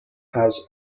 has